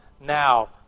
now